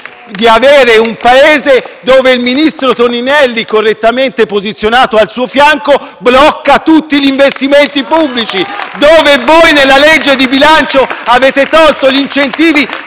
Un Paese nel quale il ministro Toninelli, correttamente posizionato al suo fianco, blocca tutti gli investimenti pubblici, dove voi, con la legge di bilancio, avete tolto gli incentivi